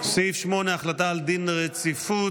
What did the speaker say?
לסעיף 8, החלטה על דין רציפות.